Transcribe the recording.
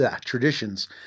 traditions